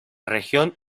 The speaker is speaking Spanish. región